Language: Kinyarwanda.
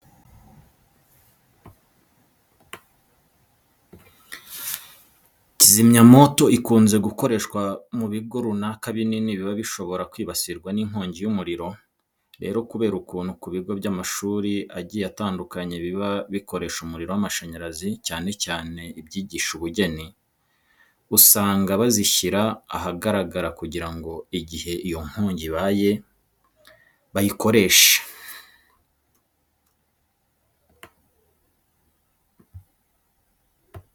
Kizimyamoto ikunze gukoreshwa mu bigo runaka binini biba bishobora kwibasirwa n'inkongi y'umuriro. Rero kubera ukuntu ku bigo by'amashuri agiye atandukanye biba bikoresha umuriro w'amashyanyarazi cyane cyane ibyigisha ubugeni, usanga bazishyira ahagaragara kugira ngo igihe iyo nkongi ibaye bayikoreshe.